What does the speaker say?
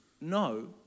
No